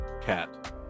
Cat